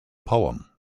poem